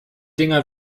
dinger